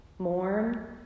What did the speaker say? Mourn